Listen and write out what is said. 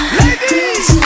ladies